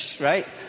Right